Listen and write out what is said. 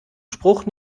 spruch